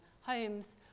homes